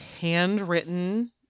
handwritten